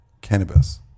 cannabis